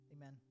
Amen